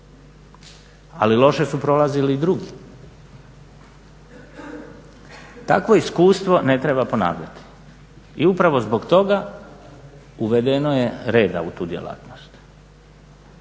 Ali loše su prolazili i drugi. Takvo iskustvo ne treba ponavljati i upravo zbog toga uvedeno je reda u tu djelatnost